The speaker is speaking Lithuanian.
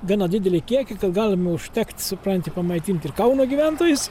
gana didelį kiekį galime užtekt supranti pamaitint ir kauno gyventojus